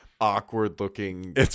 awkward-looking